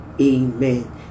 Amen